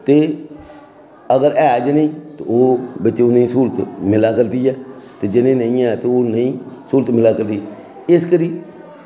ते अगर ऐ गै निं ते ओह् बचे गी स्हूलत मिला करदी ऐ ते जि'नेंगी नेईं ऐ ते नेईं मिला करदी इस करी